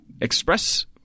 express